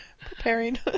Preparing